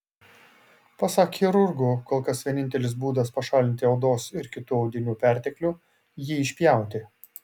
pasak chirurgų kol kas vienintelis būdas pašalinti odos ir kitų audinių perteklių jį išpjauti